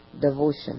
devotion